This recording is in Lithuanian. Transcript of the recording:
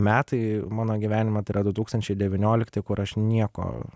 metai mano gyvenime tai yra du tūkstančiai devyniolikti kur aš nieko